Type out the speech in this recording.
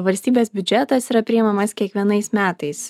valstybės biudžetas yra priimamas kiekvienais metais